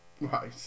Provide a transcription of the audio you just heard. Right